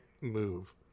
move